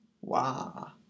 Wow